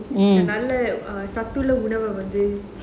நல்ல சத்துள்ள உணவ வந்து:nalla sathulla unava vanthu